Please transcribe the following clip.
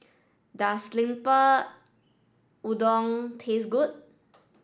does Lemper Udang taste good